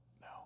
No